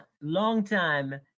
longtime